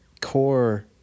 core